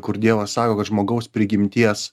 kur dievas sako kad žmogaus prigimties